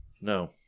No